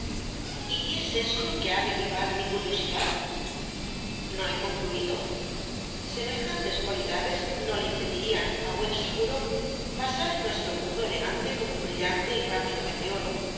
y es eso lo que ha de avivar mi curiosidad no he concluido semejantes cualidades no le impedirían á buen seguro pasar en nuestro mundo elegante como un brillante y rápido meteoro á